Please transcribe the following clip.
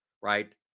right